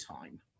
time